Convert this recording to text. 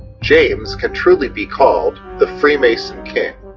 james can truly be called the freemason king.